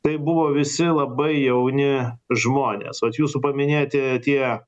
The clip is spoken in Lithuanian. tai buvo visi labai jauni žmonės vat jūsų paminėti tie